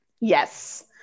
Yes